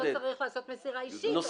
שלא צריך לעשות מסירה אישית עוד פעם.